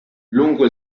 lungo